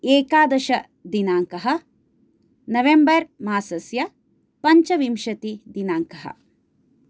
एकादशदिनाङ्कः नवेम्बर् मासस्य पञ्चविंशतिदिनाङ्कः